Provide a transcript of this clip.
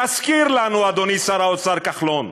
תזכיר לנו, אדוני שר האוצר כחלון,